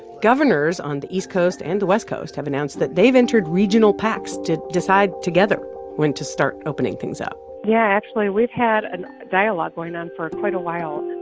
governors on the east coast and the west coast have announced that they've entered regional pacts to decide together when to start opening things up yeah. actually, we've had a and dialogue going on for quite a while.